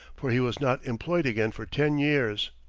for he was not employed again for ten years.